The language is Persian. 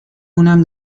اونم